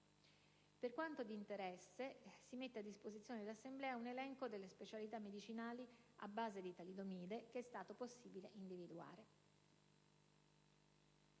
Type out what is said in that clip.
Per quanto di interesse, si mette a disposizione dell'Assemblea un elenco delle specialità medicinali a base di talidomide che è stato possibile individuare.